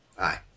aye